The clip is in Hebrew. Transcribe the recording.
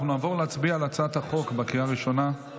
אנחנו נעבור להצביע על הצעת החוק בקריאה הראשונה,